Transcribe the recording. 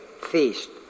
feast